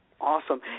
Awesome